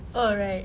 oh right